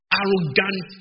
arrogant